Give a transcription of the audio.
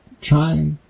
try